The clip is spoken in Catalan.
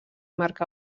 marc